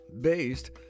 based